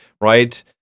right